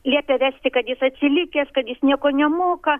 liepė vesti kad jis atsilikęs kad jis nieko nemoka